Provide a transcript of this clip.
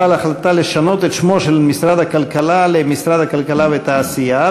על החלטתה לשנות את שמו של משרד הכלכלה למשרד הכלכלה והתעשייה.